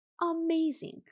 Amazing